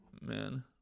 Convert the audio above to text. Man